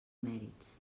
mèrits